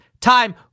time